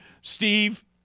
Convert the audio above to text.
Steve